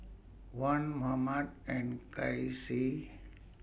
Wan Muhammad and Kasih